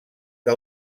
que